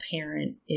parent